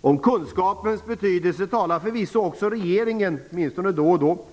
Om kunskapens betydelse talar förvisso också regeringen, åtminstone då och då.